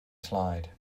slide